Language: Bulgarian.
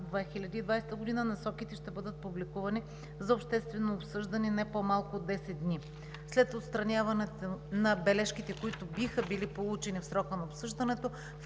2020 г. насоките ще бъдат публикувани за обществено обсъждане за не по-малко от десет дни. След отстраняване на бележките, които биха били получени в срока на обсъждането,